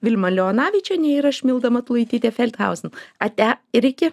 vilma leonavičienė ir aš milda matulaitytėfeldhausen ate ir iki